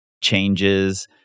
changes